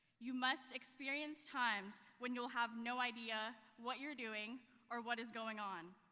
you must experience times when you'll have no idea what you're doing or what is going on.